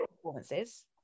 performances